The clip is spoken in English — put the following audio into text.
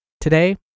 today